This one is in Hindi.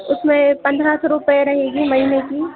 उसमें पंद्रह सौ रुपये रहेगी महीने की